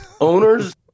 Owners